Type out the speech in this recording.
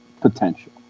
potential